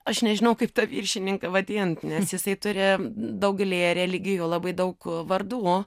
aš nežinau kaip tą viršininką vadint nes jisai turi daugelyje religijų labai daug vardų